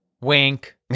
Wink